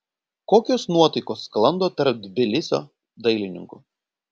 kokios nuotaikos sklando tarp tbilisio dailininkų